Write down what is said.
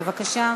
בבקשה.